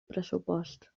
pressupost